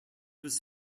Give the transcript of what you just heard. was